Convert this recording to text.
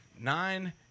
nine